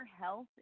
health